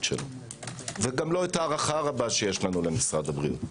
שלו וגם לא את ההערכה הרבה שיש לנו למשרד הבריאות.